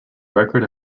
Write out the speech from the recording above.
record